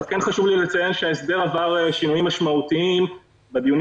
חשוב לי לציין שההסדר עבר שינוים משמעותיים בדיונים